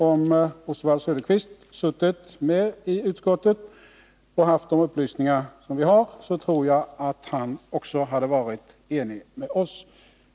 Om Oswald Söderqvist suttit med i utskottet och haft tillgång till de upplysningar som vi har haft, tror jag att han också hade varit enig med OSS.